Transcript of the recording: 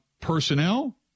Personnel